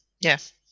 yes